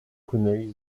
płynęli